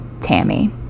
Tammy